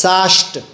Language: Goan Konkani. साश्ट